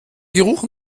geruch